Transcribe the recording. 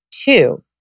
Two